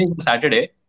Saturday